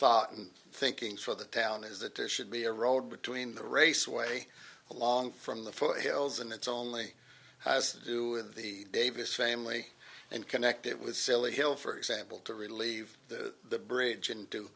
thought and thinking for the town is that there should be a road between the raceway along from the foothills and it's only has to do with the davis family and connected with silly hill for example to relieve the bridge and to